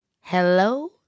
Hello